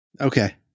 Okay